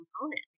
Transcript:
component